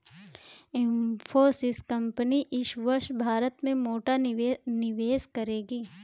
Infosys company इस वर्ष भारत में मोटा निवेश करेगी